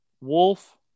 Wolf